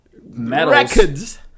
records